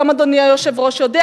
גם אדוני היושב-ראש יודע,